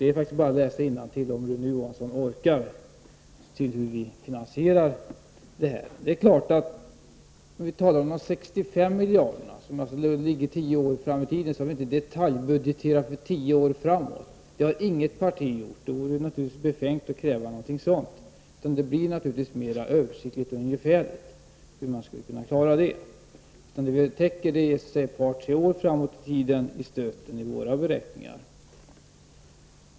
Det är bara att läsa innantill, om man nu orkar, och se hur vi finansierar våra förslag, När det gäller de 65 miljarderna, som alltså ligger tio år framåt i tiden, har vi naturligtvis inte detaljbudgeterat för så lång tid framåt. Det har inget parti gjort. Det vore naturligtvis befängt att kräva någonting sådant. Det blir naturligtvis mera översiktligt och ungefärligt hur man skall klara den saken. Vi täcker utgifterna för ett par tre år framåt i tiden i stöten i våra beräkningar.